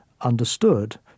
understood